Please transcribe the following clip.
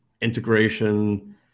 integration